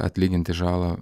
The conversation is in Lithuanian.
atlyginti žalą